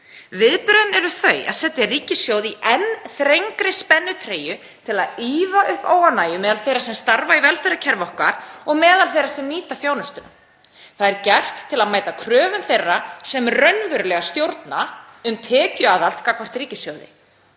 Viðbrögðin eru þau að setja ríkissjóð í enn þrengri spennitreyju til að ýfa upp óánægju meðal þeirra sem starfa í velferðarkerfi okkar og meðal þeirra sem nýta þjónustuna. Það er gert til að mæta kröfum þeirra sem raunverulega stjórna um tekjuaðhald gagnvart ríkissjóði.